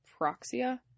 proxia